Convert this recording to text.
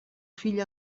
fill